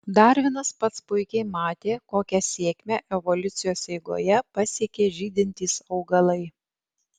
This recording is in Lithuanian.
darvinas pats puikiai matė kokią sėkmę evoliucijos eigoje pasiekė žydintys augalai